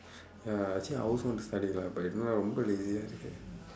ya actually I also want to study lah but don't know lah ரொம்ப:rompa lazyaa இருக்கு:irukku